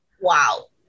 wow